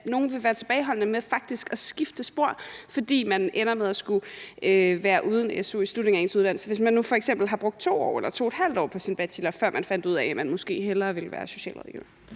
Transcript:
at nogen vil være tilbageholdende med faktisk at skifte spor, fordi man ender med at skulle være uden su i slutningen af sin uddannelse, hvis man nu f.eks. har brugt 2 år eller 2½ år på sin bachelor, før man fandt ud af, at man måske hellere ville være socialrådgiver?